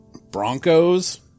Broncos